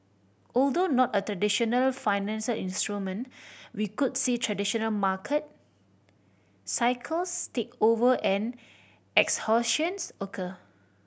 although not a traditional financial instrument we could see traditional market cycles take over and exhaustions occur